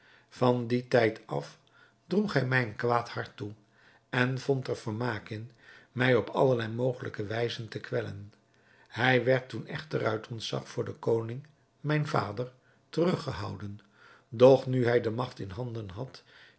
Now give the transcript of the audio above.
van dien tijd af droeg hij mij een kwaad hart toe en vond er vermaak in mij op alle mogelijke wijzen te kwellen hij werd toen echter uit ontzag voor den koning mijn vader terug gehouden doch nu hij de magt in handen had